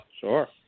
Sure